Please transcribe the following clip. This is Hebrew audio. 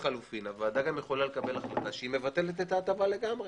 לחלופין הוועדה יכולה לקבל החלטה שהיא מבטלת את ההטבה לגמרי.